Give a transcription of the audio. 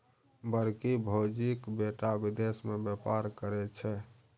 बड़की भौजीक बेटा विदेश मे बेपार करय छै